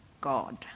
God